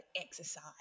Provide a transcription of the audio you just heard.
exercise